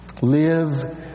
Live